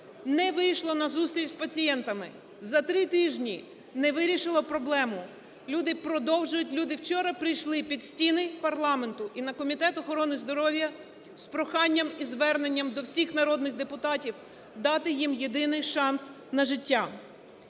не вийшло на зустріч з пацієнтами, за три тижні не вирішило проблему. Люди продовжують, люди вчора прийшли під стіни парламенту і на Комітет охорони здоров'я з проханням і зверненням до всіх народних депутатів дати їм єдиний шанс на життя.